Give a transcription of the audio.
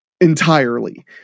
entirely